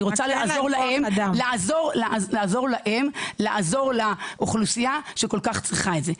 אני רוצה לעזור להן לעזור לאוכלוסייה שכל כך צריכה את זה.